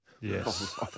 Yes